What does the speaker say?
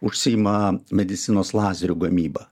užsiima medicinos lazerių gamyba